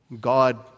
God